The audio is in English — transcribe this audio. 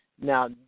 now